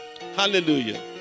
Hallelujah